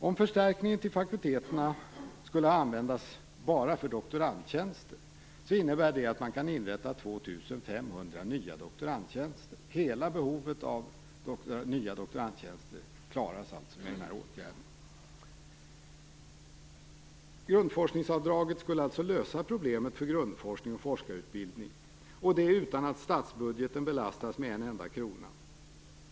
Om förstärkningen till fakulteterna skulle användas enbart till doktorandjänster skulle det innbära att man kan inrätta 2 500 nya doktorandtjänster. Hela behovet av nya doktorandtjänster uppfylls alltså genom den här åtgärden. Grundforskningsavdraget skulle alltså lösa problemet för grundforskningen och forskarutbildningen utan att statsbudgeten belastades med en enda krona.